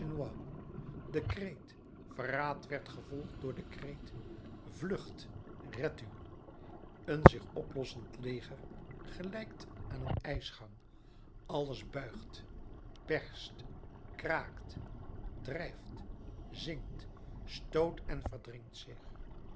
de kreet verraad werd gevolgd door den kreet vlucht redt u een zich oplossend leger gelijkt aan een ijsgang alles buigt berst kraakt drijft zinkt stoot en verdringt zich